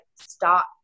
stop